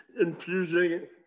infusing